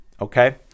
Okay